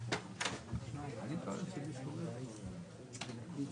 אבטחה אלא- -- אין פה גורמים רלוונטיים שיכולים לענות על זה.